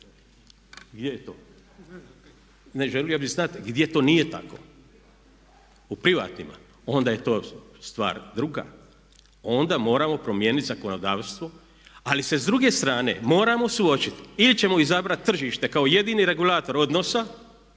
Gdje je to? Ne, želio bih znati gdje to nije tako. U privatnima? Onda je to stvar druga, onda moramo promijeniti zakonodavstvo. Ali se s druge strane moramo suočiti ili ćemo izabrati tržište kao jedini regulator odnosa